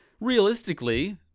realistically